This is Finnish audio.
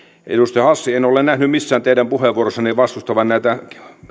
edustaja hassi en ole nähnyt teidän missään puheenvuoroissanne vastustavan näitä